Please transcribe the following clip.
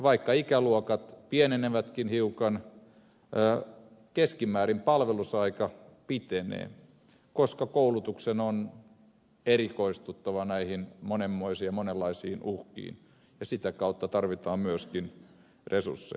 vaikka ikäluokat pienenevätkin hiukan keskimäärin palvelusaika pitenee koska koulutuksen on erikoistuttava näihin monenmoisiin ja monenlaisiin uhkiin ja sitä kautta tarvitaan myöskin resursseja